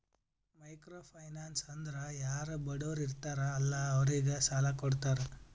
micro finance ಅಂದುರ್ ಯಾರು ಬಡುರ್ ಇರ್ತಾರ ಅಲ್ಲಾ ಅವ್ರಿಗ ಸಾಲ ಕೊಡ್ತಾರ್